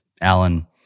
Alan